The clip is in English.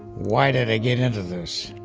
why did i get into this?